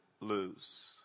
lose